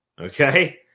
Okay